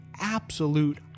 absolute